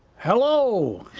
hello.